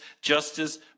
justice